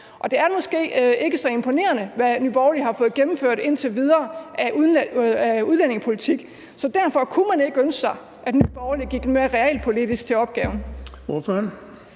det er måske ikke så imponerende, hvad Nye Borgerlige har fået gennemført indtil videre af udlændingepolitik. Så derfor: Kunne man ikke ønske sig, at Nye Borgerlige gik mere realpolitisk til opgaven?